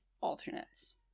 alternates